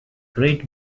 great